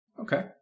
Okay